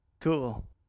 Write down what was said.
Cool